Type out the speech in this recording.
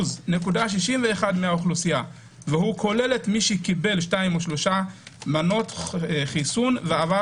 57.61% מהאוכלוסייה וכולל את מי שקיבל שתיים או שלוש מנות חיסון ועבר